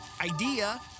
Idea